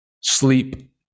sleep